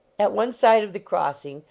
at one side of the crossing,